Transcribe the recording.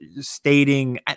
stating